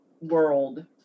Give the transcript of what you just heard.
world